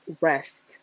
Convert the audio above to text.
rest